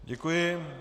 Děkuji.